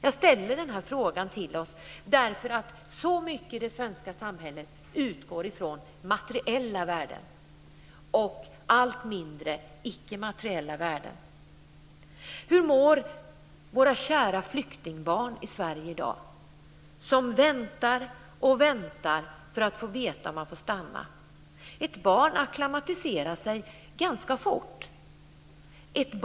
Jag ställer den här frågan till oss därför att så mycket i det svenska samhället utgår från materiella värden och allt mindre utgår från icke materiella värden. Hur mår våra kära flyktingbarn i Sverige i dag, som väntar och väntar för att få veta om de ska få stanna. Ett barn acklimatiserar sig ganska fort.